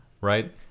right